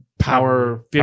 Power